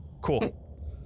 Cool